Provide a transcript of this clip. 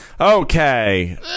Okay